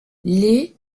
les